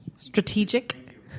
Strategic